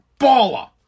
Baller